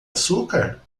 açúcar